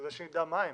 כדאי שנדע מה הם.